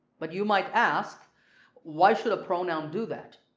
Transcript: but you might ask why should a pronoun do that?